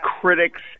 Critics